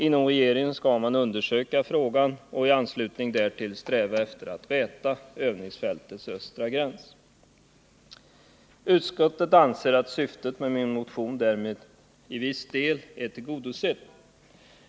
Inom regeringen skall man undersöka frågan och i anslutning därtill sträva efter att räta övningsfältets östra gräns. Utskottet anser att syftet med min motion därmed i viss del är tillgodosett.